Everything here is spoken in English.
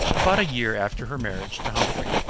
about a year after her marriage to humphrey.